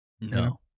No